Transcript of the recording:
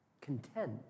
Content